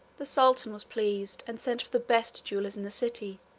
the sultan was pleased, and sent for the best jewelers in the city.